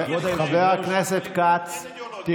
דיברתם, דיברתם, וזה